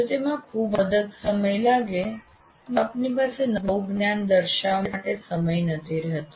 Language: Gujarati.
જો તેમાં ખૂબ અધિક સમય લાગે તો આપની પાસે નવું જ્ઞાન દર્શાવવા માટે સમય નથી રહેતો